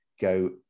go